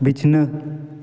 ᱵᱤᱪᱷᱱᱟᱹ